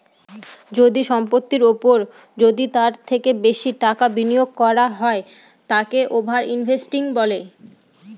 যদি সম্পত্তির ওপর যদি তার থেকে বেশি টাকা বিনিয়োগ করা হয় তাকে ওভার ইনভেস্টিং বলে